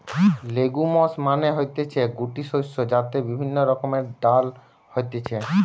legumes মানে হতিছে গুটি শস্য যাতে বিভিন্ন রকমের ডাল হতিছে